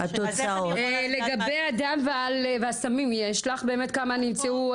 אז איך אני יכולה לדעת --- לגבי הדם והסמים יש לך באמת כמה נמצאו,